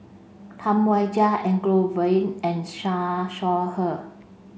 Tam Wai Jia Elangovan and Siew Shaw Her